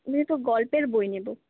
নিলে তো গল্পের বই নেবো